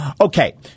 Okay